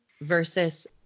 versus